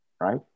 right